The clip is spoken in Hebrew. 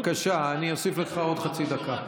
בבקשה, אני אוסיף לך עוד חצי דקה.